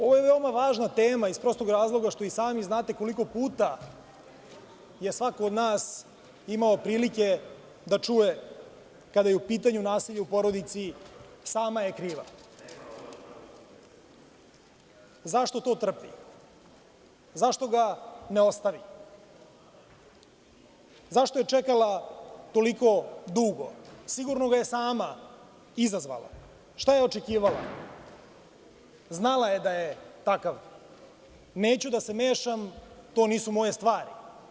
Ovo je veoma važna tema iz prostog razloga što i sami znate koliko puta je svako od nas imao prilike da čuje kada je u pitanju nasilje u porodici – sama je kriva, zašto to trpi, zašto ga ne ostavi, zašto je čekala toliko dugo, sigurno ga je sama izazvala, šta je očekivala, znala je da je takav, neću da se mešam, to nisu moje stvari.